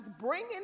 bringing